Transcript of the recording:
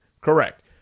correct